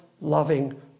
loving